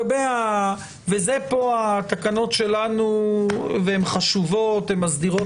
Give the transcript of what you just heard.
כאן התקנות שלנו והן חשובות והן מסדירות